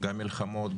גם מלחמות,